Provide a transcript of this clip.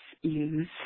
use